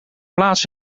plaats